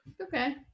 Okay